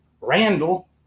Randall